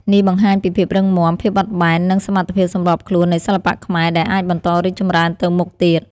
នេះបង្ហាញពីភាពរឹងមាំ ភាពបត់បែន និងសមត្ថភាពសម្របខ្លួននៃសិល្បៈខ្មែរ ដែលអាចបន្តរីកចម្រើនទៅមុខទៀត។